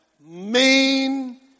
main